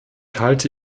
halte